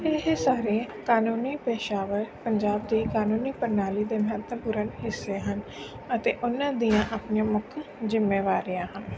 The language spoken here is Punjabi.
ਇਹ ਸਾਰੇ ਕਾਨੂੰਨੀ ਪੇਸ਼ਾਵਰ ਪੰਜਾਬ ਦੇ ਕਾਨੂੰਨੀ ਪ੍ਰਣਾਲੀ ਦੇ ਮਹੱਤਵਪੂਰਨ ਹਿੱਸੇ ਹਨ ਅਤੇ ਉਹਨਾਂ ਦੀਆਂ ਆਪਣੀਆਂ ਮੁੱਖ ਜ਼ਿੰਮੇਵਾਰੀਆਂ ਹਨ